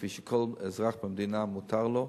כפי שכל אזרח במדינה מותר לו,